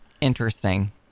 Interesting